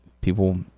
people